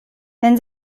wenn